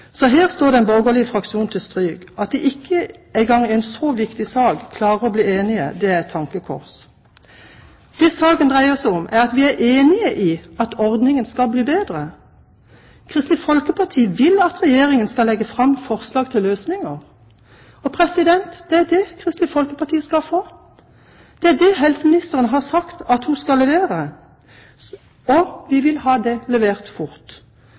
Så her står den borgerlige fraksjonen til stryk. At de ikke engang i en så viktig sak klarer å bli enige, er et tankekors. Det saken dreier seg om, er at vi er enige om at ordningen skal bli bedre. Kristelig Folkeparti vil at Regjeringen skal legge fram forslag til løsninger. Det er det Kristelig Folkeparti skal få. Det er det helseministeren har sagt at hun skal levere – og vi vil ha det levert fort.